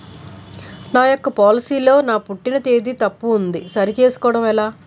నా యెక్క పోలసీ లో నా పుట్టిన తేదీ తప్పు ఉంది సరి చేసుకోవడం ఎలా?